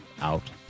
out